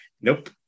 nope